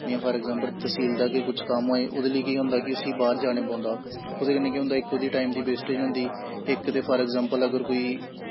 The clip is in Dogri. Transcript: जि'यां फॉर अग़्ज़ैंपल तसील दा गै कुछ कम्म होेए ओह्दे लेई उस्सी केह् होंदा कि उस्सी बाह्र जाने पौंदा ओह्दे कन्नै केह् होंदा इक ओह्दे टैम दी बेस्टेज़ होंदी इक ते फॉर अग़्ज़ैंपल अगर कोई